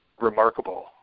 remarkable